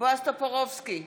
בועז טופורובסקי,